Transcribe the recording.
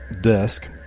desk